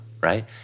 right